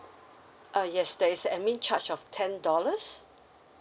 err yes there is admin charge of ten dollars